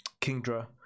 Kingdra